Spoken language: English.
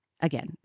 again